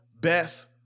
best